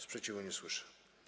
Sprzeciwu nie słyszę.